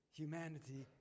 humanity